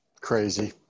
Crazy